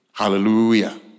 Hallelujah